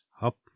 up